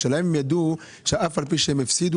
השאלה אם הם ידעו שאף על פי שהם הפסידו,